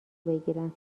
بگیرم